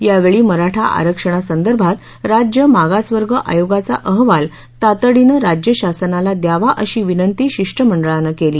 यावेळी मराठा आरक्षणासंदर्भात राज्य मागास वर्ग आयोगाचा अहवाल तातडीनं राज्य शासनाला द्यावा अशी विनंती शिष्टमंडळानं केली